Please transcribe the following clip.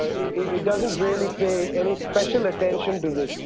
it doesn't really pay any special attention to this.